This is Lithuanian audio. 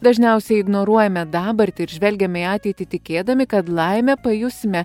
dažniausiai ignoruojame dabartį ir žvelgiame į ateitį tikėdami kad laimę pajusime